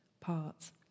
parts